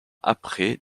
après